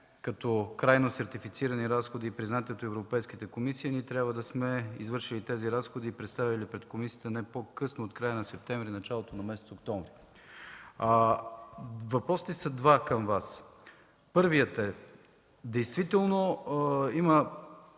като крайно сертифицирани разходи, признати от Европейската комисия, ние трябва да сме извършили тези разходи и представили пред комисията не по-късно от края на септември и началото на месец октомври. Въпросите към Вас са два: Първият е: Има